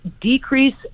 decrease